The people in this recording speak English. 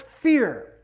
fear